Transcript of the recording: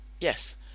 Yes